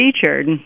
featured